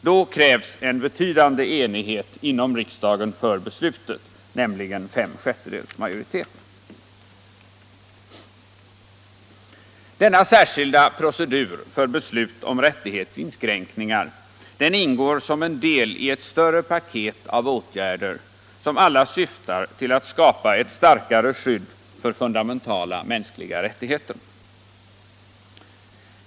Då krävs en betydande enighet inom riksdagen för beslutet, nämligen fem sjättedels majoritet. Denna särskilda procedur för beslut om rättighetsinskränkningar ingår som en del i ett större paket av åtgärder som alla syftar till att skapa ett starkare skydd för fundamentala mänskliga rättigheter.